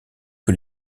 que